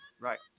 Right